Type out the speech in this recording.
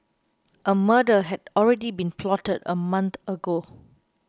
a murder had already been plotted a month ago